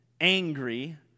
angry